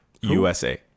USA